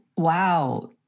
Wow